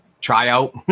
tryout